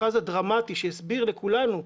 המכרז הדרמטי שהסביר לכולנו,